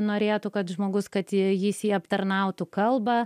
norėtų kad žmogus kad jie jį aptarnautų kalba